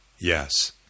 Yes